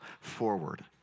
forward